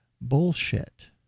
Bullshit